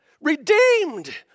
Redeemed